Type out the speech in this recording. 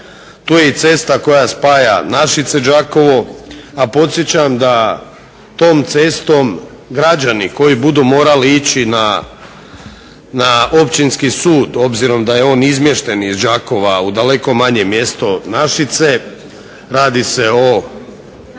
Tu je i cesta koja spaja Našice-Đakovo, a podsjećam da tom cestom građani koji budu morali ići na Općinski sud obzirom da je on izmješten iz Đakova u daleko manje mjesto Našice radi se o